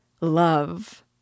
love